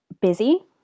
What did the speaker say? busy